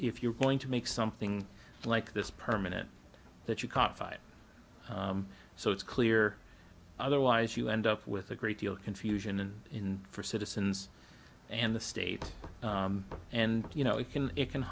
if you're going to make something like this permanent that you can't fight so it's clear otherwise you end up with a great deal of confusion and for citizens and the state and you know it can it can